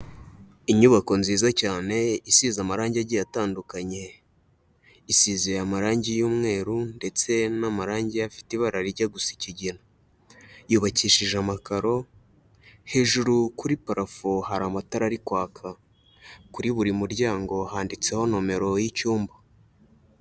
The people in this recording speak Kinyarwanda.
Inyubako nziza cyane isize amarangi agiye atandukanye, isizeye amarangi y'umweru ndetse n'amarangi afite ibara rijya gusa ikigina, yubakishije amakaro, hejuru kuri parafo hari amatara ari kwaka, kuri buri muryango handitseho nomero y'icyumba.